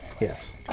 Yes